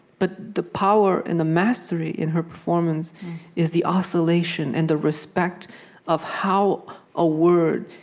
but the power and the mastery in her performance is the oscillation and the respect of how a word,